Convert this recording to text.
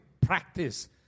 practice